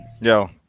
Yo